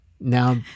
now